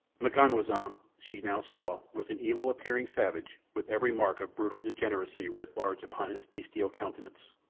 m'ganwazam, she now saw, was an evil-appearing savage with every mark of brutal degeneracy writ large upon his bestial countenance.